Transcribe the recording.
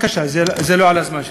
בבקשה, זה לא על הזמן שלי.